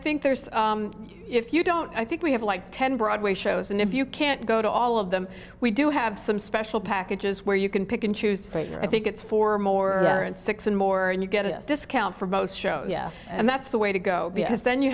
think there's if you don't i think we have like ten broadway shows and if you can't go to all of them we do have some special packages where you can pick and choose i think it's for more and more and you get a discount for most shows and that's the way to go because then you